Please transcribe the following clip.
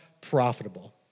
profitable